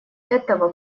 этого